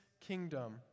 kingdom